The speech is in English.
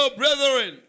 brethren